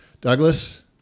Douglas